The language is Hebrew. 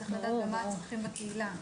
צריך לדעת מה הצרכים בקהילה.